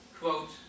quote